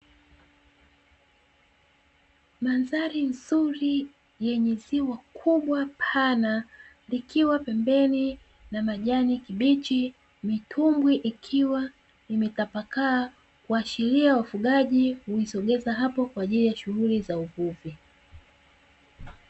Mandhari nzuri yenye ziwa kubwa pana, likiwa pembeni na majani kibichi mitumbwi ikiwa imetapakaa, kuhashiria wafugaji huisogeza hapo kwa shughuri za uvuvi.